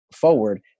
forward